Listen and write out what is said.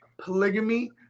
polygamy